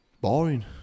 Boring